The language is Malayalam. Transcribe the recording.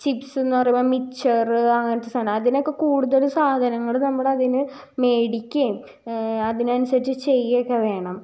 ചിപ്പ്സെന്ന് പറയുമ്പം മിച്ചറ് അങ്ങനത്തെ സാധനം അതിനൊക്കെ കൂടുതൽ സാധനങ്ങള് നമ്മളതിന് മേടിയ്ക്കുകയും അതിനനുസരിച്ച് ചെയ്യുകയും ഒക്കെ വേണം